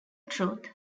truth